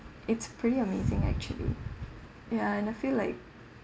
it's pretty amazing actually ya and I feel like